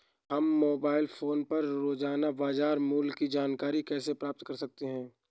हम mobile phone पर रोजाना बाजार मूल्य की जानकारी कैसे प्राप्त कर सकते हैं?